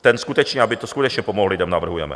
Ten skutečně, aby to skutečně pomohlo lidem, navrhujeme.